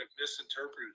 misinterpreted